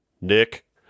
Nick